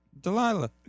Delilah